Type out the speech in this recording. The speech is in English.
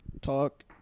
talk